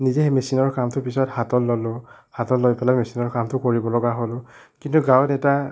নিজে সেই মেচিনৰ কামটো পাছত হাতত ল'লোঁ হাতত লৈ পেলাই মেচিনৰ কামটো কৰিব লগা হ'ল কিন্তু গাঁৱত এটা